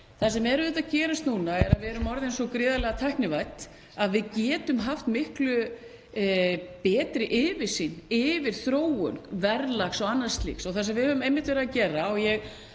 Það sem er auðvitað gerist núna er að við erum orðin svo gríðarlega tæknivædd að við getum haft miklu betri yfirsýn yfir þróun verðlags og annars slíks og það sem við höfum einmitt verið að gera, og ég